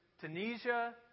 Tunisia